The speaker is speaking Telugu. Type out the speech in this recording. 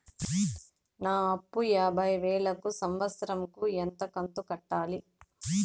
నా అప్పు యాభై వేలు కు సంవత్సరం కు ఎంత కంతు కట్టాలి?